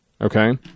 okay